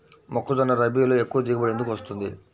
మొక్కజొన్న రబీలో ఎక్కువ దిగుబడి ఎందుకు వస్తుంది?